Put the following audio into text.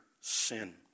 sin